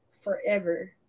forever